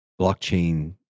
blockchain